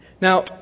Now